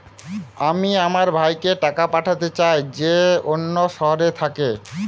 আমি আমার ভাইকে টাকা পাঠাতে চাই যে অন্য শহরে থাকে